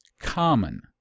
common